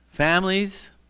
Families